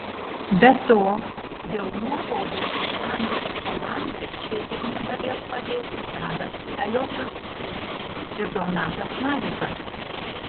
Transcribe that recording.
be to dėl nuobaudų uostamiesčio komandai šįsyk negalės padėti tadas eliošius ir donatas navikas